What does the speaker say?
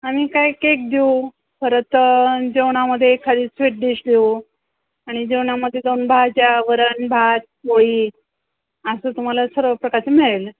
आणि काय केक देऊ परत जेवणामध्ये एखादी स्वीट डिश देऊ आणि जेवणामध्ये दोन भाज्या वरण भात पोळी असं तुम्हाला सर्व प्रकारचे मिळेल